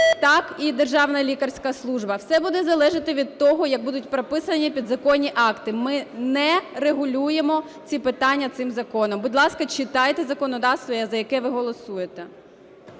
так і Державна лікарська служба. Все буде залежати від того, як будуть прописані підзаконні акти. Ми не регулюємо ці питання цим законом. Будь ласка, читайте законодавство, за яке ви голосуєте.